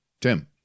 Tim